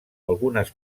algunes